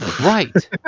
Right